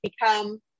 become